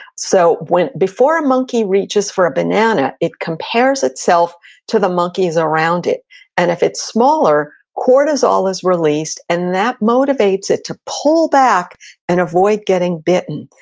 so before monkey reaches for a banana, it compares itself to the monkeys around it and if it's smaller, cortisol is released and that motivates it to pull back and avoid getting bitten.